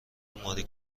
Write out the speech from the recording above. ماری